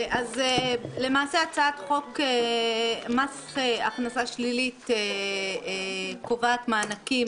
הצעת חוק מס הכנסה שלילי קובעת מענקים